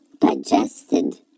digested